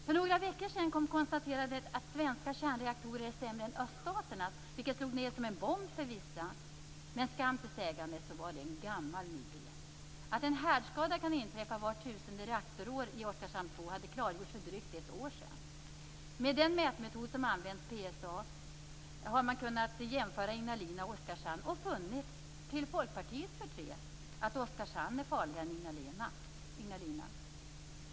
För några veckor sedan kom konstaterandet att svenska kärnreaktorer är sämre än öststaternas, vilket slog ned som en bomb för vissa. Men skam till sägandes var det en gammal nyhet. Att en härdskada kan inträffa vart tusende reaktorår i Oskarshamn 2 hade klargjorts för drygt ett år sedan. Med den mätmetod som används, PSA, har man kunnat jämföra Ignalina och Oskarshamn och funnit, till Folkpartiets förtret, att Oskarshamn är farligare än Ignalina.